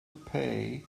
pay